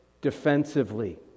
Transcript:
defensively